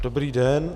Dobrý den.